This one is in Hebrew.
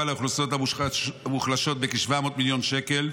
לאוכלוסיות המוחלשות בכ-700 מיליון שקלים,